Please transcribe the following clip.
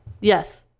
yes